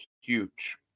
huge